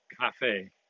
Cafe